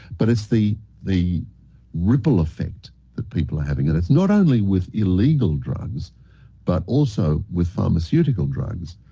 but, it's the the ripple effect that people are having. and it's not only with illegal drugs but also with pharmaceutical drugs.